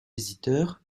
visiteur